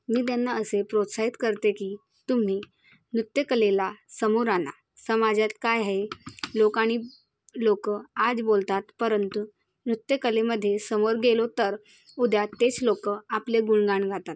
मी त्यांना असे प्रोत्साहित करते की तुम्ही नृत्यकलेला समोर आणा समाजात काय आहे लोकांनी लोक आज बोलतात परंतु नृत्यकलेमध्ये समोर गेलो तर उद्या तेच लोक आपले गुणगान गातात